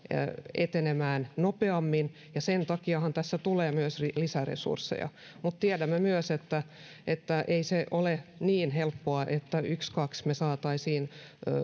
etenemään nopeammin ja sen takiahan tässä tulee myös lisäresursseja mutta tiedämme myös että että ei se ole niin helppoa että ykskaks me saisimme